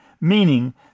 meaning